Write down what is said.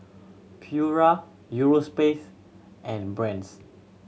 Pura and Brand's